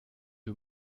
you